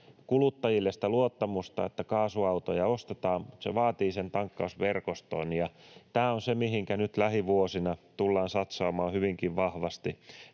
kuluttajille sitä luottamusta, että kaasuautoja ostetaan, mutta se vaatii sen tankkausverkoston, ja tämä on se, mihinkä nyt lähivuosina tullaan satsaamaan hyvinkin vahvasti: